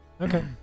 Okay